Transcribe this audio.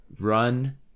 run